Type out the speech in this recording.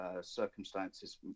Circumstances